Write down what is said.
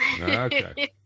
Okay